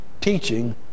teaching